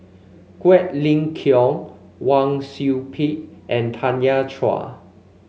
Quek Ling Kiong Wang Sui Pick and Tanya Chua